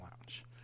lounge